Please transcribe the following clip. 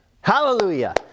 Hallelujah